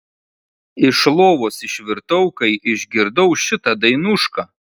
iš lovos išvirtau kai išgirdau šitą dainušką